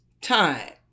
time